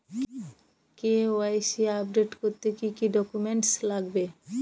KYC update করতে কি কি ডকুমেন্টস লাগবে?